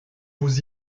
vous